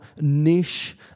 niche